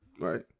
Right